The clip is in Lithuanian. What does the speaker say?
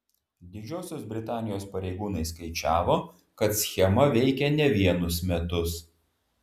didžiosios britanijos pareigūnai skaičiavo kad schema veikė ne vienus metus